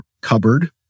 Cupboard